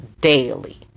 daily